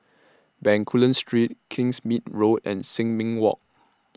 Bencoolen Street Kingsmead Road and Sin Ming Walk